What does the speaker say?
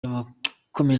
abakomeye